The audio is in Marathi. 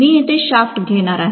मी येथे शाफ्ट घेणार आहे